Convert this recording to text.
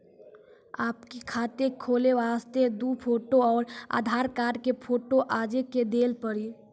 आपके खाते खोले वास्ते दु फोटो और आधार कार्ड के फोटो आजे के देल पड़ी?